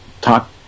talk